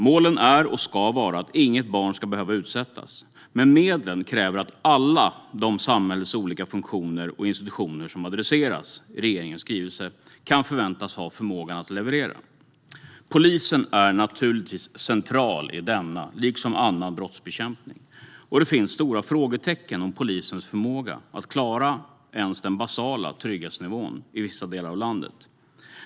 Målen är och ska vara att inget barn ska behöva utsättas. Men medlen kräver att alla samhällets olika funktioner och institutioner som adresseras i regeringens skrivelse kan förväntas ha förmågan att leverera. Polisen är naturligtvis central i denna, liksom annan, brottsbekämpning. Och det finns stora frågetecken när det gäller polisens förmåga att klara ens den basala trygghetsnivån i vissa delar av landet.